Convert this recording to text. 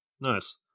Nice